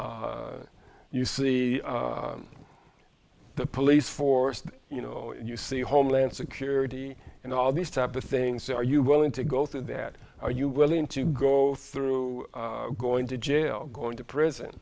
you see the police force you know you see homeland security and all these type of things are you willing to go through that are you willing to go through going to jail going to prison